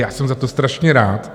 Já jsem za to strašně rád.